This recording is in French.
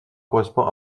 correspond